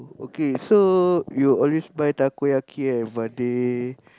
okay so you will always buy Takoyaki and Vada